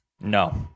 No